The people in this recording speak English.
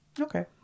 Okay